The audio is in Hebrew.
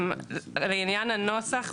בעניין הנוסח,